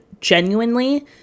genuinely